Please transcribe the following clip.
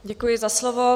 Děkuji za slovo.